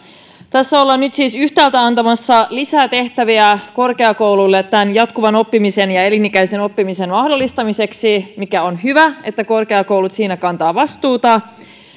tässä ollaan nyt siis yhtäältä antamassa lisätehtäviä korkeakouluille tämän jatkuvan oppimisen ja elinikäisen oppimisen mahdollistamiseksi mikä on hyvä että korkeakoulut siinä kantavat vastuuta